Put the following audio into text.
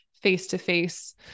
face-to-face